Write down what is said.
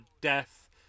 death